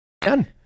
Done